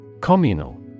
Communal